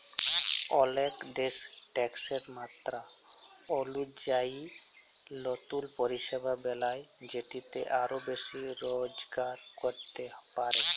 অলেক দ্যাশ ট্যাকসের মাত্রা অলুজায়ি লতুল পরিষেবা বেলায় যেটতে আরও বেশি রজগার ক্যরতে পারে